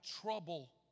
trouble